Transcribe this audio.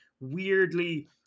weirdly